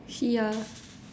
see ya